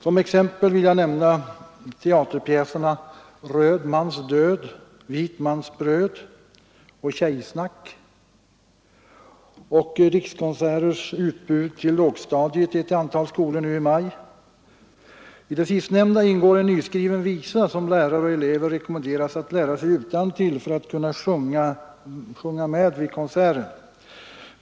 Som exempel vill jag nämna teaterpjäserna Röd mans död — vit mans bröd och Tjejsnack samt Rikskonserters utbud till lågstadiet i ett antal skolor nu i maj. I det sistnämnda ingår en nyskriven visa som lärare och elever rekommenderas att lära sig utantill för att kunna sjunga med vid konserten.